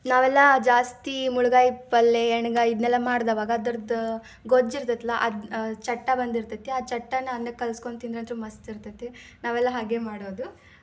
ನಾವೆಲ್ಲ ಜಾಸ್ತಿ ಮುಳಗಾಯಿ ಪಲ್ಯೆ ಎಣ್ಣಗಾಯಿ ಇದನ್ನೆಲ್ಲಾ ಮಾಡಿದವಾಗ ಅದ್ರದ್ದು ಗೊಜ್ಜು ಇರ್ತೈತಲ್ಲ ಅದು ಚಟ್ಟ ಬಂದಿರ್ತೈತಿ ಆ ಚಟ್ಟನ ಅನ್ನಕ್ಕೆ ಕಲ್ಸ್ಕೊಂಡ್ ತಿಂದ್ರಂತೂ ಮಸ್ತ್ ಇರ್ತತಿ ನಾವೆಲ್ಲ ಹಾಗೆ ಮಾಡೋದು